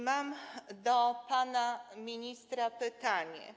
Mam do pana ministra pytanie.